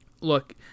look